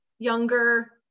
younger